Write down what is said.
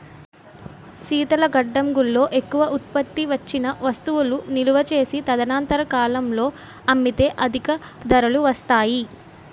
శీతల గడ్డంగుల్లో ఎక్కువ ఉత్పత్తి వచ్చిన వస్తువులు నిలువ చేసి తదనంతర కాలంలో అమ్మితే అధిక ధరలు వస్తాయి